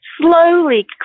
Slowly